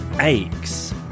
aches